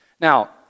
Now